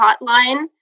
hotline